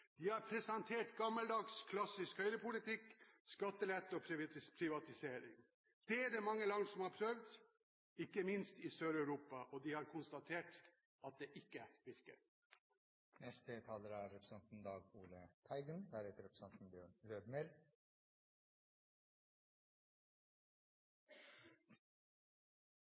De har presentert gammeldags, klassisk høyrepolitikk – skattelette og privatisering. Det er det mange land som har prøvd, ikke minst i Sør-Europa, og de har konstatert at det ikke virker. Vanlige folks arbeidsinnsats er